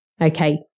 Okay